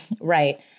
Right